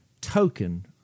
token